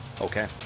Okay